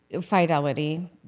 fidelity